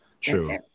True